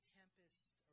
tempest